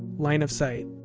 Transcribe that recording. line of sight.